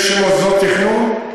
יש מוסדות תכנון.